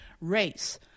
race